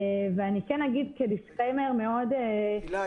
וכן אגיד כדיסקליימר מאוד ברור --- הילה,